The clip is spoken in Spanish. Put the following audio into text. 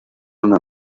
una